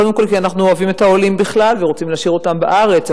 קודם כול כי אנחנו אוהבים את העולים בכלל ורוצים להשאיר אותם בארץ.